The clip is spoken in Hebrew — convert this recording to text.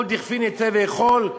כל דכפין ייתי ויכול?